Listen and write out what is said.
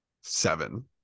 seven